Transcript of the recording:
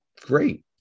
great